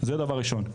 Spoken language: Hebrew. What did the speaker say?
זה דבר ראשון.